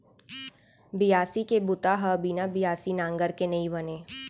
बियासी के बूता ह बिना बियासी नांगर के नइ बनय